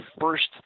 first